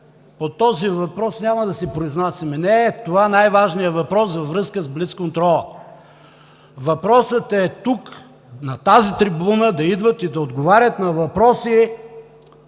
по този въпрос няма да се произнасяме. Не е това най-важният въпрос във връзка с блицконтрола. Въпросът е тук, на тази трибуна да идват и да отговарят на въпроси